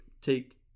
take